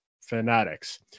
fanatics